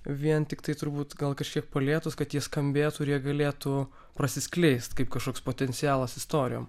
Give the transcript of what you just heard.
vien tiktai turbūt gal kažkiek palietus kad jie skambėtų ir jie galėtų prasiskleist kaip kažkoks potencialas istorijom